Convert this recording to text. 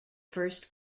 first